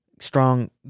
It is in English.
strong